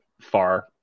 far